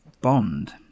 Bond